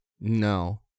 No